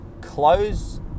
close